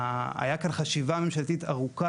היכולת של בנק, או של כל נותן אשראי,